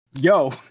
Yo